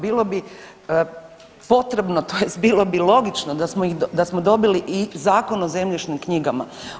Bilo bi potrebno tj. bilo bi logično da smo dobili i Zakon o zemljišnim knjigama.